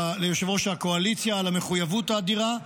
ליושב-ראש הקואליציה, על המחויבות האדירה,